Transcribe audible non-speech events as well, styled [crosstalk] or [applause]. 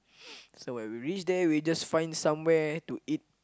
[noise] so when we reach there we just find somewhere to eat